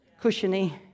cushiony